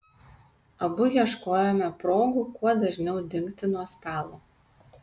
abu ieškojome progų kuo dažniau dingti nuo stalo